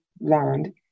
learned